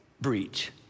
breach